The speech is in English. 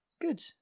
Good